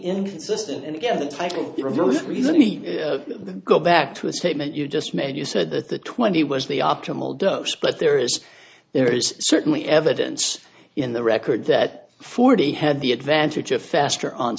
inconsistent and again the title really we let me go back to a statement you just made you said that the twenty was the optimal dose but there is there is certainly evidence in the record that forty had the advantage of faster on